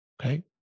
okay